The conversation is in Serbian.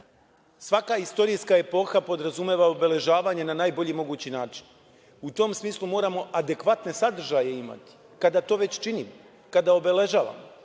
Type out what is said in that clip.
Svaka istorijska epoha podrazumeva obeležavanje na najbolji mogući način. U tom smislu moramo adekvatne sadržaje imati. Kada to već činimo, kada obeležavamo,